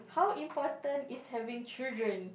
how important is having children